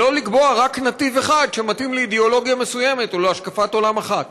ולא לקבוע רק נתיב אחד שמתאים לאידיאולוגיה מסוימת או להשקפת עולם אחת.